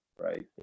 Right